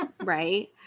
Right